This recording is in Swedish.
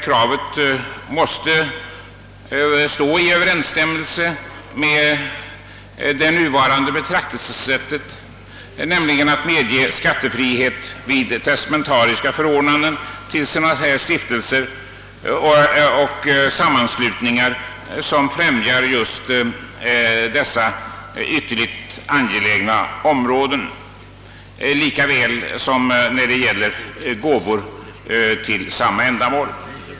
Kravet måste stå i överensstämmelse med det nuvarande betraktelsesättet, nämligen att medge skattefrihet vid testamentariska förordnanden till stiftelser och sammanslutningar som främjar ytterligt angelägna ändamål, lika väl som när det gäller gåvor till samma ändamål.